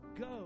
go